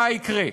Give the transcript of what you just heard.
מה יקרה?